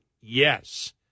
yes